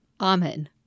Amen